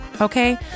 okay